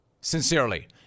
Sincerely